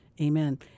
amen